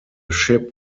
ship